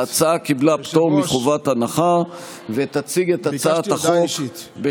ההצעה קיבלה פטור מחובת הנחה ותציג את הצעת החוק,